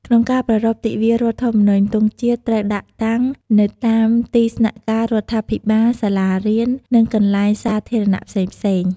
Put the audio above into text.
ក្នុងការប្រារព្ធទិវារដ្ឋធម្មនុញ្ញ ទង់ជាតិត្រូវដាក់តាំងនៅតាមទីស្នាក់ការរដ្ឋាភិបាល សាលារៀន និងកន្លែងសាធារណៈផ្សេងៗ។